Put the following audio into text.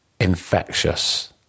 infectious